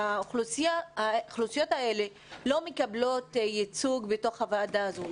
האוכלוסיות האלה לא מקבלות ייצוג בוועדה הזאת.